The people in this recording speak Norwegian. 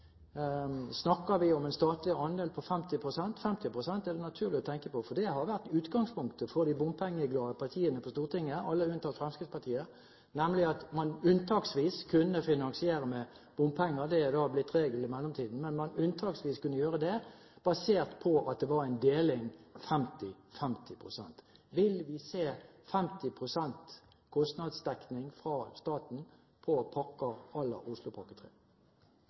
Snakker vi om en statlig andel på 50 pst.? Det er naturlig å tenke på 50 pst., for utgangspunktet for de bompengeglade partiene på Stortinget, alle unntatt Fremskrittspartiet, har nemlig vært at man unntaksvis kunne finansiere med bompenger – det er da blitt regelen i mellomtiden – basert på at det var en deling 50–50. Vil vi se 50 pst. kostnadsdekning fra staten på